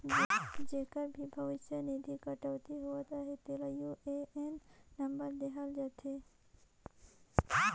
जेकर भी भविस निधि कटउती होवत अहे तेला यू.ए.एन नंबर देहल जाथे